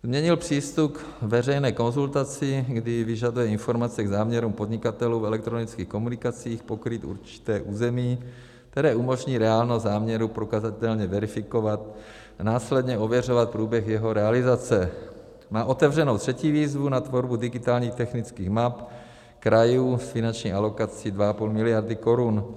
Změnilo přístup k veřejné konzultaci, kdy vyžaduje informace k záměrům podnikatelů v elektronických komunikacích pokrýt určité území, které umožní reálnost záměru prokazatelně verifikovat a následně ověřovat průběh jeho realizace na otevřenou třetí výzvu na tvorbu digitálních technických map krajů s finanční alokací 2,5 mld. korun.